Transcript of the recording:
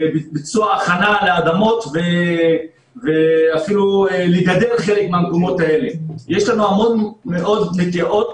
ביצוע הכנה לאדמות; ואפילו גידור חלק מהמקומות האלה; יש לנו המון נטיעות